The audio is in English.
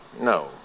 no